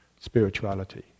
spirituality